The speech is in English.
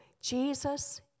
Jesus